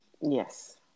Yes